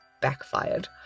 backfired